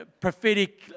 prophetic